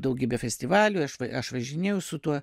daugybė festivalių aš aš važinėjau su tuo